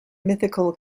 mythical